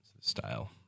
style